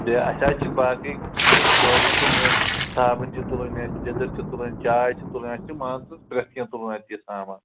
بیٚیہِ اَسہِ حظ چھِ باقٕے دۄہدِشٕچ یِم صابن چھِ تُلٕنۍ اَسہِ لیٚدٕر چھِ تُلٕنۍ چاے چھِ تُلٕنۍ اَسہِ چھِ مان ژٕ پرٛتھ کیٚنٛہہ تُلُن اَتہِ یہِ سامان